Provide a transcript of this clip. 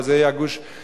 אבל זה יהיה הגוש המרכזי,